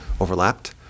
overlapped